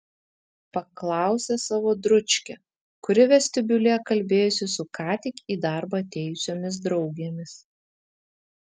paklausė savo dručkę kuri vestibiulyje kalbėjosi su ką tik į darbą atėjusiomis draugėmis